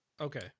Okay